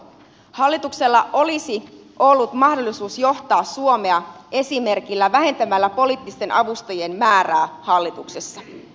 hallituksella olisi ollut mahdollisuus johtaa suomea esimerkillä vähentämällä poliittisten avustajien määrää hallituksessa